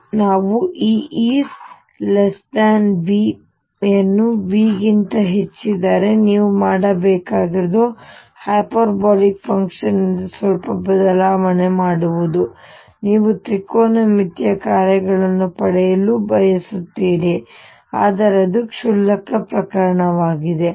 ಮತ್ತು ನಾವು EV ಯನ್ನು V ಗಿಂತ ಹೆಚ್ಚಿದ್ದರೆ ನೀವು ಮಾಡಬೇಕಾಗಿರುವುದು ಹೈಪರ್ಬೋಲಿಕ್ ಫಂಕ್ಷನ್ ನಿಂದ ಸ್ವಲ್ಪ ಬದಲಾವಣೆ ಮಾಡುವುದು ನೀವು ತ್ರಿಕೋನಮಿತಿಯ ಕಾರ್ಯಗಳನ್ನು ಪಡೆಯಲು ಬಯಸುತ್ತೀರಿ ಆದರೆ ಅದು ಕ್ಷುಲ್ಲಕ ಪ್ರಕರಣವಾಗಿದೆ